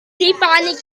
defining